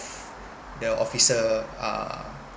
the officer uh